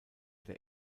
der